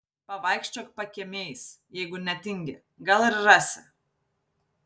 pavaikščiok pakiemiais jeigu netingi gal ir rasi